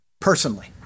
personally